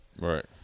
Right